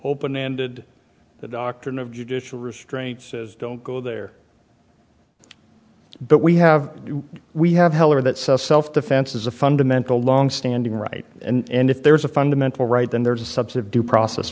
open ended the doctrine of judicial restraint says don't go there but we have we have heller that says self defense is a fundamental longstanding right and if there's a fundamental right then there is a subset of due process